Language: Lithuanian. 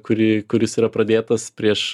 kuri kuris yra pradėtas prieš